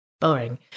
boring